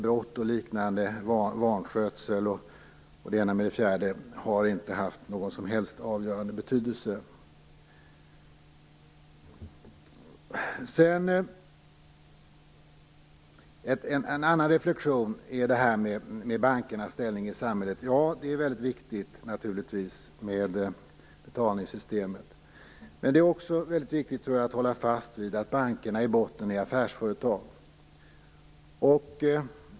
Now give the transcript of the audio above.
Brott och vanskötsel, och det ena med det fjärde, har inte haft någon avgörande betydelse. En annan reflexion rör bankernas ställning i samhället. Det är naturligtvis väldigt viktigt med betalningssystemet. Men det är också, tror jag, väldigt viktigt att hålla fast vid att bankerna i grund och botten är affärsföretag.